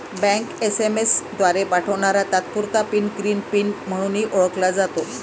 bank SMS द्वारे पाठवणारा तात्पुरता पिन ग्रीन पिन म्हणूनही ओळखला जातो